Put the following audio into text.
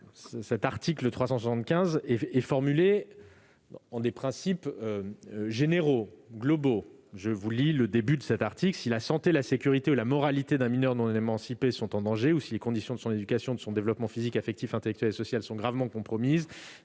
cet article est formulé dans des termes généraux, globaux :« Si la santé, la sécurité ou la moralité d'un mineur non émancipé sont en danger, ou si les conditions de son éducation ou de son développement physique, affectif, intellectuel et social sont gravement compromises,